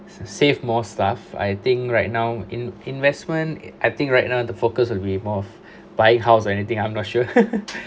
save more stuff I think right now in~ investment I think right now the focus will be more of buy house anything I'm not sure